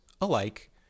alike